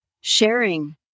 sharing